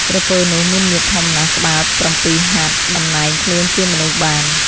ក្រពើនោះ មានមាឌធំណាស់ ក្បាល ៧ហត្ថ តំណែងខ្លួនជាមនុស្សបាន ។